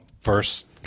first